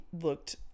looked